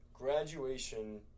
Graduation